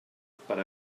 per